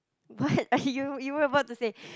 but you you were about to say